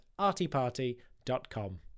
artyparty.com